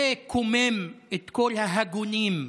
זה קומם את כל ההגונים,